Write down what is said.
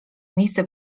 miejsce